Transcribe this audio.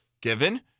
given